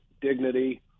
dignity